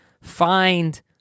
find